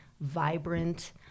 vibrant